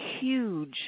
huge